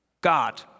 God